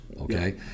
okay